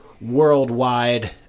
worldwide